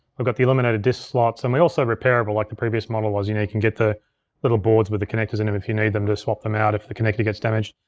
we've got the illuminated disk slots and we also repairable like the previous model was unique, and get the little boards with the connectors in them if you need them to swap them out if the connector gets damaged.